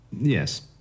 Yes